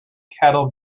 cattle